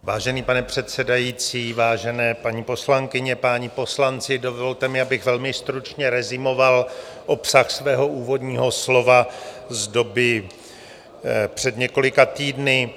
Vážený pane předsedající, vážené paní poslankyně, páni poslanci, dovolte mi, abych velmi stručně rezumoval obsah svého úvodního slova z doby před několika týdny.